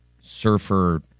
surfer